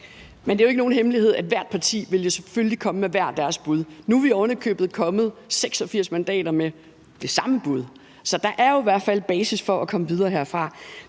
Det er jo ikke nogen hemmelighed, at hvert parti selvfølgelig vil komme med hver deres bud. Nu er vi ovenikøbet kommet 86 mandater med det samme bud, så der er jo i hvert fald basis for at komme videre herfra.